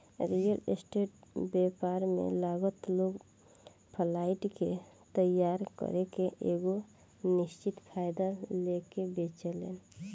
real estate व्यापार में लागल लोग फ्लाइट के तइयार करके एगो निश्चित फायदा लेके बेचेलेन